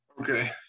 Okay